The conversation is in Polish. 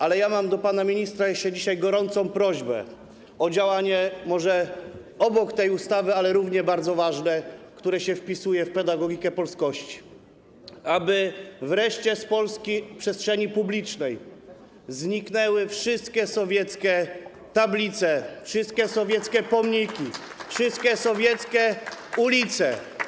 Ale ja mam do pana ministra jeszcze dzisiaj gorącą prośbę o działanie - może obok tej ustawy, ale również bardzo ważne - które się wpisuje w pedagogikę polskości: oby wreszcie z polskiej przestrzeni publicznej zniknęły wszystkie sowieckie tablice, wszystkie sowieckie pomniki, wszystkie sowieckie ulice.